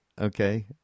okay